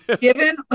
given